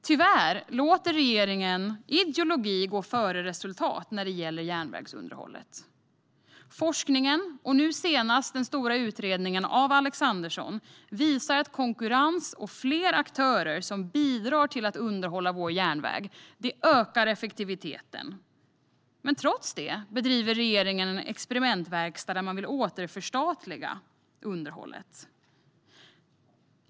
Tyvärr låter regeringen ideologi gå före resultat när det gäller järnvägsunderhållet. Forskningen och nu senast Alexanderssons stora utredning visar att konkurrens och fler aktörer som bidrar till att underhålla vår järnväg ökar effektiviteten. Trots det bedriver regeringen experimentverkstad, där man vill återförstatliga underhållet.